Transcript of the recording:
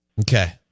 Okay